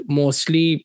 mostly